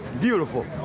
Beautiful